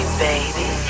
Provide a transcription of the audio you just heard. baby